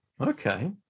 okay